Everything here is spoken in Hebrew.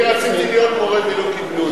אני רציתי להיות מורה, ולא קיבלו אותי.